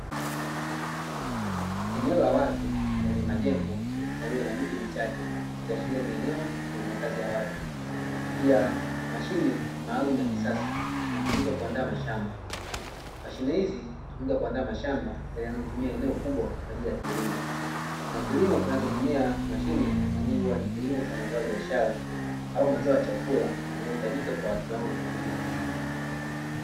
Eneo la wazi lenye majengo pamoja na miti michache likiashiria nieneo lenye makazi ya watu pia mashine maalumu ya kisasa inayotumika kuandaa mashamba, mashine hizi hutumika kuandaa mashamba yale yanayo tumia eneo kubwa kwa ajili ya kilimo na kilimo kinachotumia mashine mara nyingi huwa nikilimo cha mazao ya biashara au mazao ya chakula yanayohitajika kwa kiwango kikubwa.